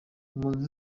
impunzi